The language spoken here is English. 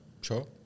Sure